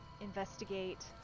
investigate